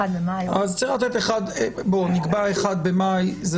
בואו נקבע 1 במאי.